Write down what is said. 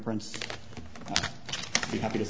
prints be happy to